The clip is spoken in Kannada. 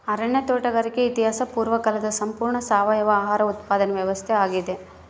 ಅರಣ್ಯ ತೋಟಗಾರಿಕೆ ಇತಿಹಾಸ ಪೂರ್ವಕಾಲದ ಸಂಪೂರ್ಣ ಸಾವಯವ ಆಹಾರ ಉತ್ಪಾದನೆ ವ್ಯವಸ್ಥಾ ಆಗ್ಯಾದ